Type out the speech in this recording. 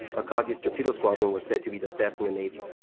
akagi's torpedo squadron was said to be the best in the navy,